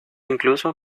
incluso